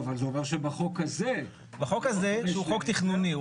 אבל זה אומר שבחוק הזה --- החוק הזה הוא חוק תכנוני.